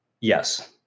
Yes